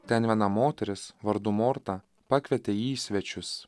ten viena moteris vardu morta pakvietė jį į svečius